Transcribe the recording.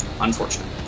Unfortunate